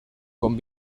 con